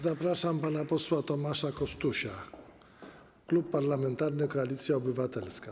Zapraszam pana posła Tomasza Kostusia, Klub Parlamentarny Koalicja Obywatelska.